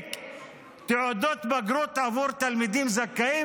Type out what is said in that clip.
להנפיק תעודות בגרות עבור תלמידים זכאים?